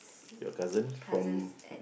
your cousin from